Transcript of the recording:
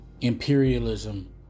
imperialism